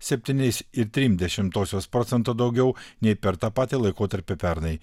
septyniais ir trim dešimtosios procento daugiau nei per tą patį laikotarpį pernai